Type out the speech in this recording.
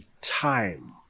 time